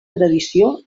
tradició